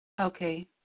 Okay